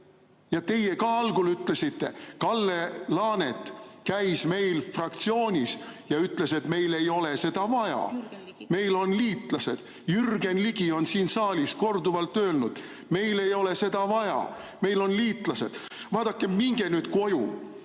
Ja teie ka algul ütlesite [seda]. Kalle Laanet käis meil fraktsioonis ja ütles, et meil ei ole seda vaja. Meil on liitlased. Jürgen Ligi on siin saalis korduvalt öelnud, et meil ei ole seda vaja, meil on liitlased. Vaadake, minge nüüd koju,